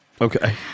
Okay